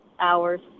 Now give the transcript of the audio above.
hours